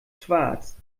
schwarz